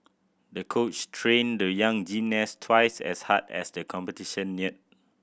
the coach trained the young gymnast twice as hard as the competition neared